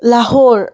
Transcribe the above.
Lahore